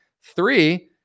Three